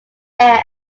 air